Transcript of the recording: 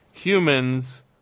humans